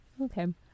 okay